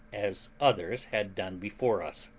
as others had done before us.